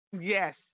Yes